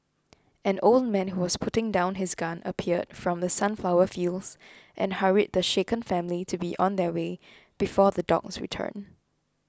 an old man who was putting down his gun appeared from the sunflower fields and hurried the shaken family to be on their way before the dogs return